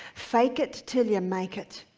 fake it til you make it.